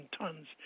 tons